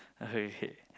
oh okay